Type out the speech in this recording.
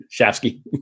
Shafsky